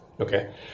Okay